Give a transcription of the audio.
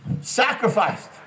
Sacrificed